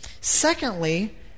Secondly